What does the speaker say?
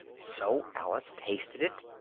so alice tasted it,